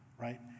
right